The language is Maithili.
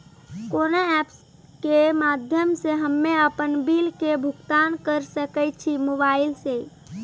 कोना ऐप्स के माध्यम से हम्मे अपन बिल के भुगतान करऽ सके छी मोबाइल से?